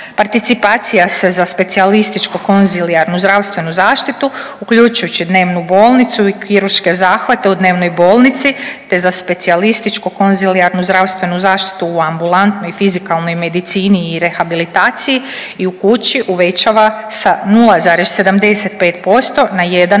Participacija se za specijalističko-konzilijarnu zdravstvenu zaštitu uključujući dnevnu bolnicu i kirurške zahvate u dnevnoj bolnici, te za specijalističko-konzilijarnu zdravstvenu zaštitu u ambulantnoj i fizikalnoj medicini i rehabilitaciji i u kući uvećava sa 0,75% na 1%